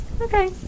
Okay